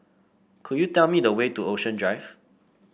could you tell me the way to Ocean Drive